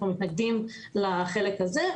אנחנו מתנגדים לחלק הזה,